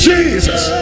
Jesus